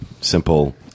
simple